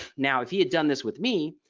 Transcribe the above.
now if he had done this with me,